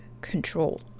control